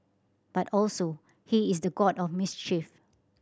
but also he is the god of mischief